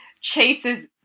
Chase's